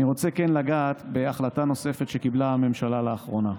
אני רוצה כן לגעת בהחלטה נוספת שקיבלה הממשלה לאחרונה.